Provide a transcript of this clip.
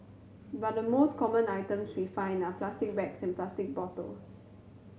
but the most common items we find are plastic bags and plastic bottles